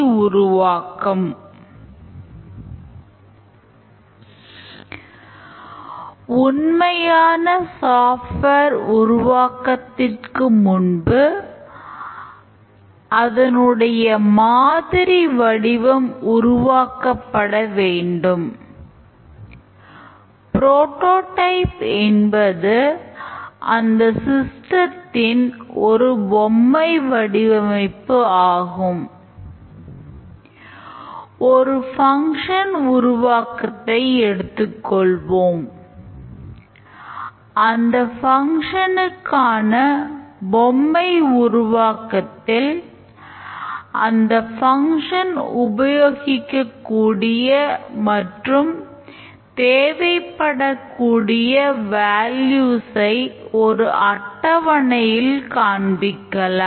உண்மையான சாஃப்ட்வேர் ஒரு அட்டவணையில் காண்பிக்கலாம்